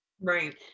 Right